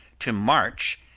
to march,